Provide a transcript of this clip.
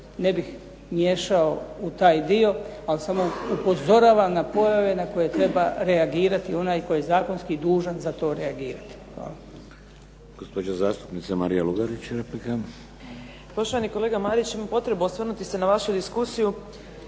ne bih miješao u taj dio. Ali samo upozoravam na pojave na koje treba reagirati onaj koji je zakonski dužan za to reagirati. Hvala. **Šeks, Vladimir (HDZ)** Gospođa zastupnica Marija Lugarić, replika. **Lugarić, Marija (SDP)** Poštovani kolega Marić, imam potrebu osvrnuti se na vašu diskusiju